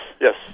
yes